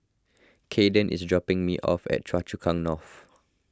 Kaden is dropping me off at Choa Chu Kang North